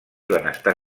benestar